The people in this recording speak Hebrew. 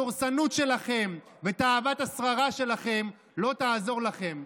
הדורסנות שלכם ותאוות השררה שלכם לא יעזרו לכם.